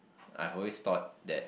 I've always thought that